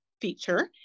feature